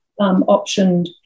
optioned